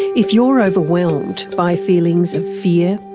if you're overwhelmed by feelings of fear,